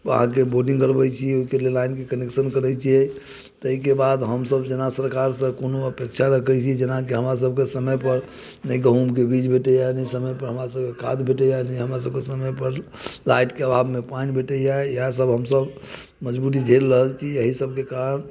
अहाँकेँ बोडिङ्ग गड़बैत छी ताहि लेल लाइनके कनेक्शन करैत छियै ताहिके बाद हमसब जेना सरकारसँ कोनो अपेक्षा रखैत छी जेना की हमरा सबके समयके नहि गहूँमके बीज भेटैया आ नहि समयपर हमरा सबके खाद भेटैया नहि हमरा सबके समय पर लाइटके अभावमे पनि भेटैया इएह सब हमसब मजबूरी झेल रहल छी एहि सबके कारण